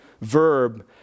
verb